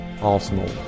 Arsenal